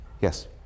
Yes